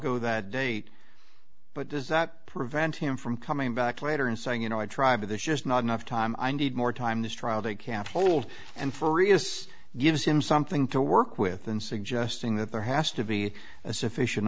go that date but does that prevent him from coming back later and saying you know i tried but there's just not enough time i need more time this trial they can't hold and for reus gives him something to work with and suggesting that there has to be a sufficient